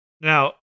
Now